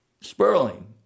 Sperling